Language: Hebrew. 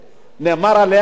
נאמר עליה הכול,